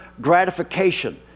gratification